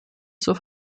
zur